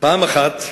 פעם אחת,